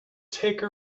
take